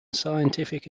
scientific